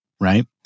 right